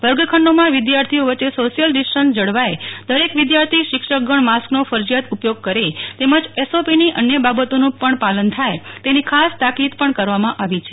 વર્ગખંડોમાં વિદ્યાર્થીઓ વચ્ચે social distance જળવાય દરેક વિદ્યાર્થી શિક્ષકગણ માસ્કનો ફરજિયાત ઉપયોગ કરે તેમજ ડુુજની અન્ય બાબતોનું પણ પાલન થાય તેની ખાસ તાકીદ પણ કરવામાં આવી છે